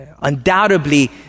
Undoubtedly